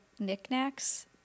knickknacks